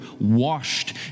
washed